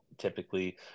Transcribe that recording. typically